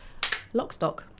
Lockstock